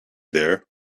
there